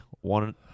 one